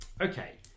okay